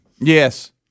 Yes